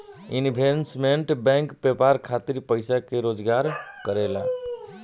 investment bank व्यापार खातिर पइसा के जोगार करेला